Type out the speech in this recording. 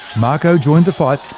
marco joined the fight,